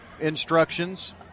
Instructions